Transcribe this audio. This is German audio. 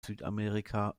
südamerika